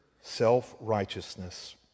self-righteousness